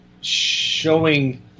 showing